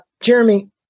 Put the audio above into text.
Jeremy